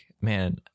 man